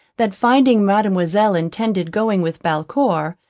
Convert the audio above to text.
that finding mademoiselle intended going with belcour,